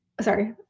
sorry